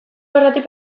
gerratik